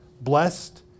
blessed